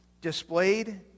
displayed